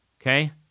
Okay